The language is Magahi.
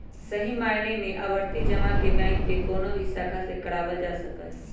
सही मायने में आवर्ती जमा के बैंक के कौनो भी शाखा से करावल जा सका हई